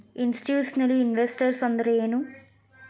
Institutional investors ಅಂದ್ರೇನು?